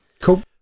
Cool